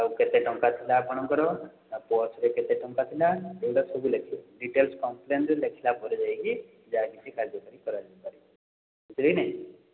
ଆଉ କେତେ ଟଙ୍କା ଥିଲା ଆପଣଙ୍କର ଆଉ ପର୍ସ୍ରେ କେତେ ଟଙ୍କା ଥିଲା ଏଗୁଡ଼ା ସବୁ ଲେଖିବେ ଡିଟେଲ୍ସ୍ କମ୍ପ୍ଲେନ୍ ଦେଖିଲା ପରେ ଯାଇକି ଯାହାକିଛି କାର୍ଯ୍ୟକାରୀ କରା ଯାଇପାରିବ ବୁଝିଲେ କି ନାଇଁ